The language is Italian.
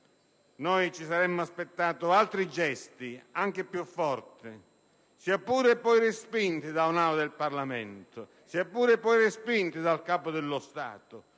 Ci saremmo aspettati altri gesti, anche più forti, sia pure poi respinti dall'Aula del Parlamento, sia pure poi respinti dal Capo dello Stato: